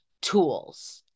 tools